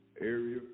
area